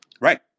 Right